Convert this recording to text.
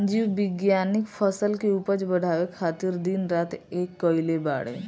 जीव विज्ञानिक फसल के उपज बढ़ावे खातिर दिन रात एक कईले बाड़े